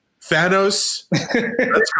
Thanos